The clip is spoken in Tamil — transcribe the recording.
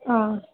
ஆ